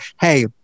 hey